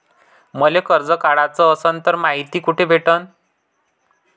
मले कर्ज काढाच असनं तर मायती कुठ भेटनं?